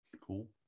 Cool